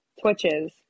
Twitches